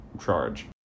charge